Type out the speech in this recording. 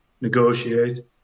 negotiate